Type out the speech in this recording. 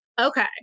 Okay